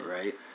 Right